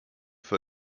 for